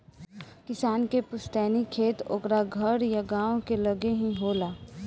किसान के पुस्तैनी खेत ओकरा घर या गांव के लगे ही होला